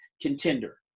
contender